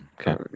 Okay